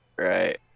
Right